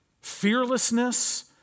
fearlessness